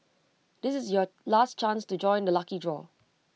this is your last chance to join the lucky draw